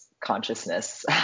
consciousness